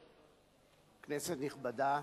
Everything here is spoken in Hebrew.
כנסת נכבדה,